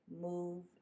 move